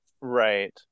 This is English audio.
Right